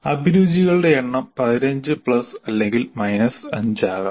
അഭിരുചികളുടെ എണ്ണം 15 പ്ലസ് അല്ലെങ്കിൽ മൈനസ് 5 ആകാം